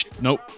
nope